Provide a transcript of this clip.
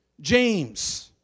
James